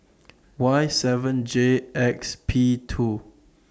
Y seven J X P two